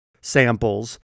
samples